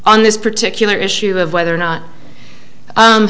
on this particular issue of whether or not